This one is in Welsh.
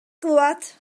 glwad